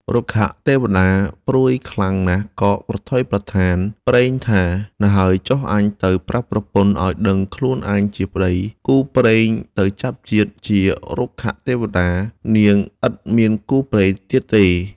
រុក្ខទេវតាព្រួយខ្លាំងណាស់ក៏ ប្រថុយប្រាណប្រថានព្រេងថា ណ្ហើយចុះអញទៅប្រាប់ប្រពន្ធឱ្យដឹងខ្លួនអញជាប្ដីគូព្រេងទៅចាប់ជាតិជា រុក្ខទេវតា នាងឥតមានគូព្រេងទៀតទេ។